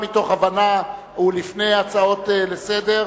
לפני הצעות לסדר-היום,